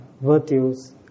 virtues